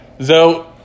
Zoe